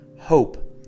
hope